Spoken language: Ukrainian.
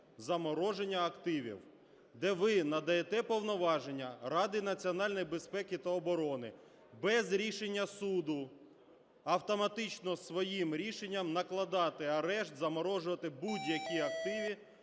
"замороження активів", де ви надаєте повноваження Раді національної безпеки та оборони без рішення суду автоматично своїм рішенням накладати арешт, заморожувати будь-які активи